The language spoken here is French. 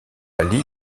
ali